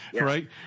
Right